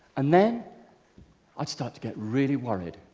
and then i'd start to get really worried.